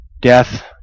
Death